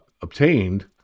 obtained